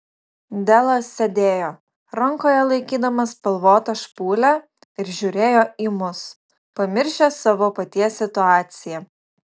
delas sėdėjo rankoje laikydamas spalvotą špūlę ir žiūrėjo į mus pamiršęs savo paties situaciją